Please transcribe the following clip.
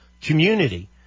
community